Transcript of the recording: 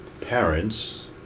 parents